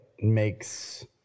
makes